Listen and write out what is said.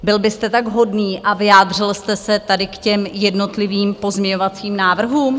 Byl byste tak hodný a vyjádřil jste se tady k těm jednotlivým pozměňovacím návrhům?